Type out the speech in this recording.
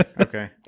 Okay